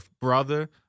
brother